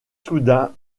soudain